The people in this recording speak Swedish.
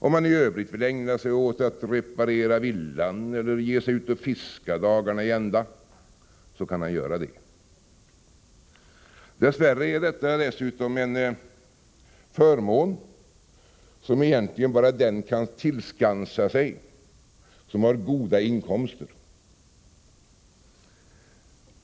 Men om han i övrigt vill ägna sig åt att reparera villan eller ge sig ut och fiska dagarna i ända, kan han göra det. Dess värre är detta dessutom en förmån som egentligen bara den kan tillskansa sig som har goda inkomster.